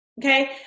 okay